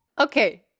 Okay